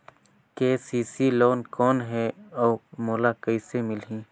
KCC loan कौन हे अउ मोला कइसे मिलही?